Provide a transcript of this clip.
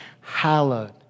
hallowed